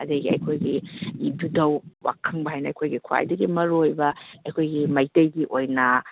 ꯑꯗꯨꯗꯒꯤ ꯑꯩꯈꯣꯏꯒꯤ ꯏꯕꯨꯙꯧ ꯄꯥꯈꯪꯕ ꯍꯥꯏꯅ ꯑꯩꯈꯣꯏꯒꯤ ꯈ꯭ꯋꯥꯏꯗꯒꯤ ꯃꯔꯨ ꯑꯣꯏꯕ ꯑꯩꯈꯣꯏꯒꯤ ꯃꯩꯇꯩꯒꯤ ꯑꯣꯏꯅ